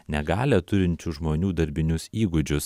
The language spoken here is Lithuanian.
negalią turinčių žmonių darbinius įgūdžius